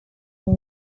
area